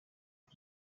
iki